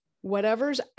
whatever's